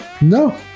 No